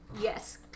Yes